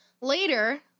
Later